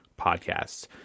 podcasts